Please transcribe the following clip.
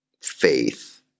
faith